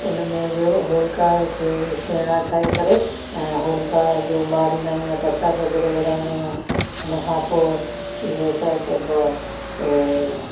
उन में बि होलिका खे छेणा ठाहे करे ऐं होलिका जो ॿारींदा आहियूं ऐं परसाद वग़ैरह विरहाईंदा आहियूं उन खां पोइ इहो छा चइबो आहे ऐं